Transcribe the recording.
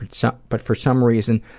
and so but for some reason,